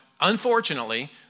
unfortunately